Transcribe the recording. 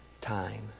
time